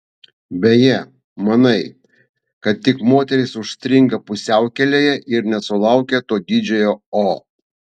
beje manai kad tik moterys užstringa pusiaukelėje ir nesulaukia to didžiojo o